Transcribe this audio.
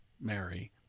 Mary